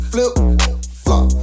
Flip-flop